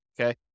okay